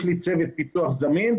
יש לי צוות פיצו"ח זמין,